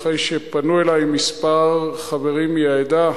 אחרי שפנו אלי כמה חברים מהעדה,